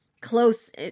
close